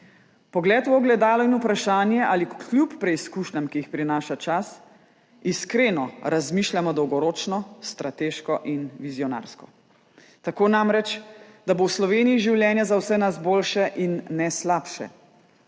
pogled v ogledalo in vprašanje, ali kljub preizkušnjam, ki jih prinaša čas, iskreno razmišljamo dolgoročno, strateško in vizionarsko, tako namreč, da bo v Sloveniji življenje za vse nas boljše in ne slabše.